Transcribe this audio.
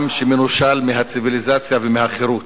עם שמנושל מהציוויליזציה ומהחירות.